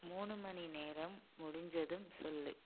மூணு மணி நேரம் முடிஞ்சதும் சொல்